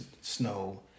snow